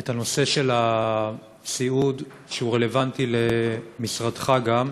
את הנושא של הסיעוד, שהוא רלוונטי למשרדך, גם,